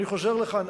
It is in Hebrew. אני חוזר לכאן.